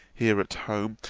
here at home,